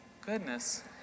goodness